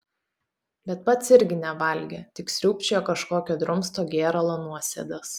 bet pats irgi nevalgė tik sriūbčiojo kažkokio drumsto gėralo nuosėdas